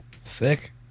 Sick